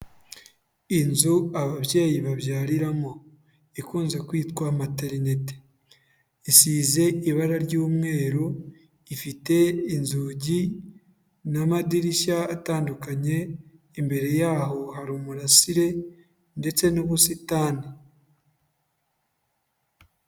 Inzu ababyeyi babyariramo, ikunze kwitwa materinete, isize ibara ry'umweru, ifite inzugi n'amadirishya atandukanye, imbere yaho hari umurasire ndetse n'ubusitani.